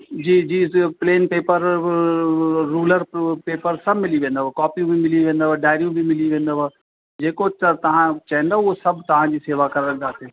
जी जी इहो plain paper ruler पि पेपर सभु मिली वेंदव कॉपियूं बि मिली वेंदव डाएरियूं बि मिली वेंदव जेको च तव्हां चवंदव उहो सभु तव्हांजी सेवा कराईंदासीं